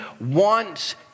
wants